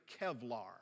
Kevlar